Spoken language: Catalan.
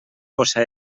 bossa